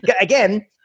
again